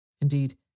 Indeed